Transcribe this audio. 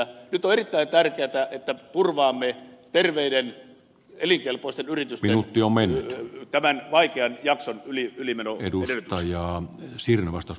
nyt on erittäin tärkeätä että turvaamme terveiden elinkelpoisten yritysten optio meni jo vähän vaikea jakso tämän vaikean jakson ylimenon edellytykset